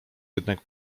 jednak